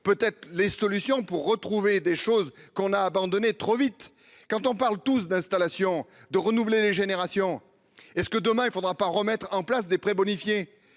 peut être les solutions pour retrouver des choses qu'on a abandonné trop vite quand on parle tous d'installation de renouveler les générations et ce que demain il ne faudra pas remettre en place des prêts bonifiés,